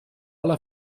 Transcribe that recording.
alla